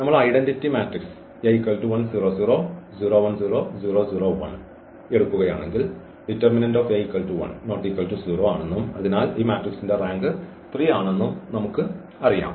നമ്മൾ identity matrix എടുക്കുകയാണെങ്കിൽ ആണെന്നും അതിനാൽ ഈ മാട്രിക്സിന്റെ റാങ്ക് 3 ആണെന്നും നമുക്ക് അറിയാം